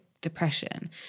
depression